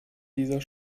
dieser